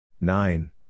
Nine